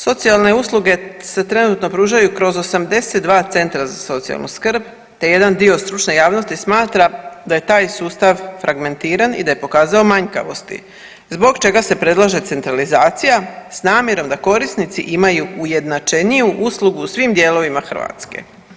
Socijalne usluge se trenutno pružaju kroz 82 centra za socijalnu skrb, te jedan dio stručne javnosti smatra da je taj sustav fragmentiran i da je pokazao manjkavosti zbog čega se predlaže centralizacija s namjerom da korisnici imaju ujednačeniju uslugu u svim dijelovima Hrvatske.